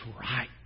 right